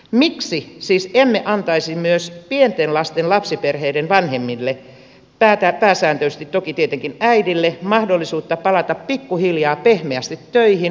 miksi siis emme antaisi myös pienten lasten perheiden vanhemmille pääsääntöisesti toki tietenkin äidille mahdollisuutta palata pikkuhiljaa pehmeästi töihin